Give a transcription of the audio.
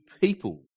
people